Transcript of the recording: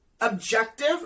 objective